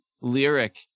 lyric